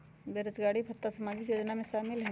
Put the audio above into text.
बेरोजगारी भत्ता सामाजिक योजना में शामिल ह ई?